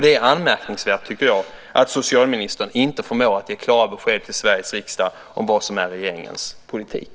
Det är anmärkningsvärt, tycker jag, att socialministern inte förmår att ge klara besked till Sveriges riksdag om vad som är regeringens politik.